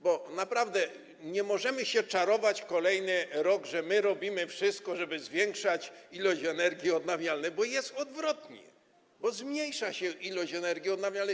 Bo naprawdę nie możemy się czarować kolejny rok, że robimy wszystko, żeby zwiększać ilość energii odnawialnej, bo jest odwrotnie, bo zmniejsza się jej ilość.